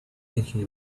thinking